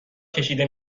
کشیده